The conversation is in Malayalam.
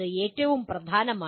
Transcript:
ഇത് ഏറ്റവും പ്രധാനമാണ്